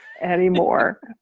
anymore